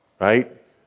right